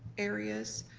areas,